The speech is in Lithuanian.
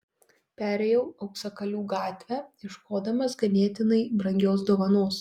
perėjau auksakalių gatve ieškodamas ganėtinai brangios dovanos